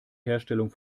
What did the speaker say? herstellung